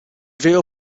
vero